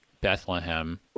Bethlehem